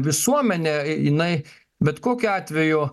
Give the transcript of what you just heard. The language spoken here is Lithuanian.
visuomenė jinai bet kokiu atveju